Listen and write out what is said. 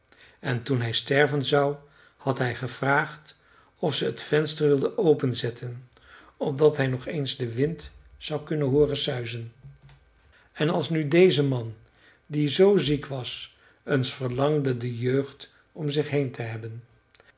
en toen hij sterven zou had hij gevraagd of ze t venster wilde openzetten opdat hij nog eens den wind zou hooren suizen en als nu deze man die zoo ziek was eens verlangde de jeugd om zich heen te hebben